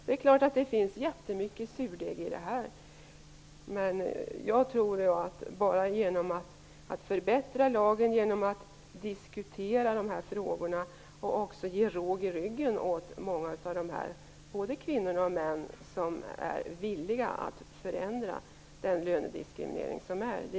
Det är klart att det finns jättemycket surdeg på det här området. Men jag tror att man bara genom att förbättra lagen och diskutera dessa frågor ger råg i ryggen åt många av de kvinnor och män som är villiga att förändra den lönediskriminering som förekommer.